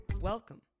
Welcome